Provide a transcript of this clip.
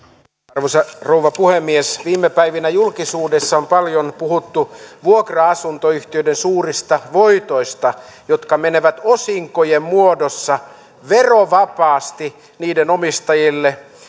arvoisa rouva puhemies viime päivinä julkisuudessa on paljon puhuttu vuokra asuntoyhtiöiden suurista voitoista jotka menevät osinkojen muodossa verovapaasti niiden omistajille